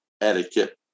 etiquette